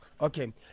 Okay